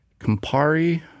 Campari